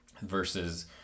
versus